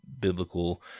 biblical